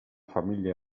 famiglia